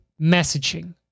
messaging